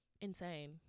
insane